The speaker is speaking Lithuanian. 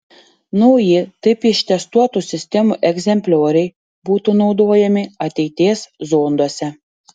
nauji taip ištestuotų sistemų egzemplioriai būtų naudojami ateities zonduose